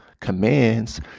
commands